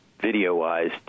video-wise